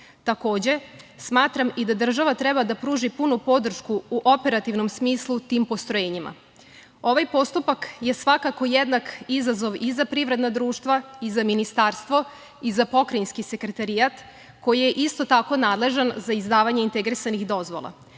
Takođe, smatram i da država treba da pruži punu podršku u operativnom smislu tim postrojenjima. Ovaj postupak je svakako jednak izazov i za privredna društva i za ministarstvo i za pokrajinski sekretarijat, koji je isto tako nadležan za izdavanje integrisanih dozvola,